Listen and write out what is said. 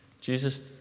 Jesus